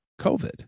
COVID